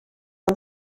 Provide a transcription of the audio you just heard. ont